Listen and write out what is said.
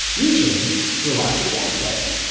usually through lots of gaslighting.